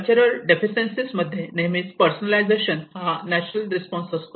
cultural deficiencies मध्ये नेहमीच personalisation हा नॅचरल रिस्पॉन्स असतो